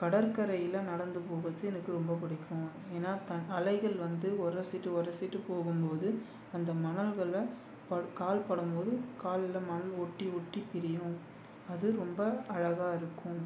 கடற்கரையில் நடந்து போவது எனக்கு ரொம்ப பிடிக்கும் ஏன்னா த அலைகள் வந்து உரசிட்டு உரசிட்டு போகும்போது அந்த மணல்கள்ல ப கால் படும்போது கால்ல மணல் ஒட்டி ஒட்டி பிரியும் அது ரொம்ப அழகா இருக்கும்